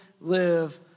live